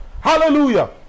hallelujah